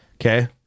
Okay